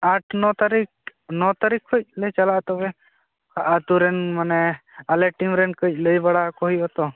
ᱟᱴ ᱱᱚ ᱛᱟᱹᱨᱤᱠᱷ ᱱᱚ ᱛᱟᱹᱨᱤᱠᱷ ᱠᱷᱚᱡ ᱞᱮ ᱪᱟᱞᱟᱜᱼᱟ ᱛᱚᱵᱮ ᱟᱨ ᱟᱛᱳᱨᱮᱱ ᱢᱟᱱᱮ ᱟᱞᱮᱭᱟᱜ ᱴᱤᱢ ᱨᱮᱱ ᱠᱟᱺᱪ ᱞᱟᱹᱭ ᱵᱟᱲᱟᱣᱟᱠᱚ ᱦᱩᱭᱩᱜᱼᱟ ᱛᱚ